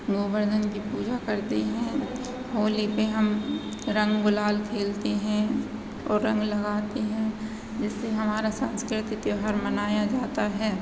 गोवर्धन की पूजा करते हैं होली पे हम रंग गुलाल खेलते हैं और रंग लगाते हैं जिससे हमारा सांस्कृति त्योहार मनाया जाता है